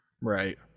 Right